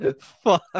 Fuck